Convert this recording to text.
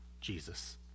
Jesus